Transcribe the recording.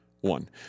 one